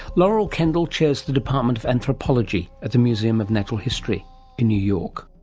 laurel kendall chairs the department of anthropology at the museum of natural history in new york.